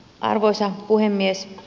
arvoisa puhemies